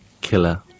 killer